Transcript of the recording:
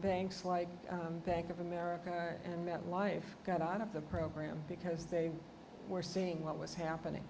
banks like bank of america and metlife got out of the program because they were seeing what was happening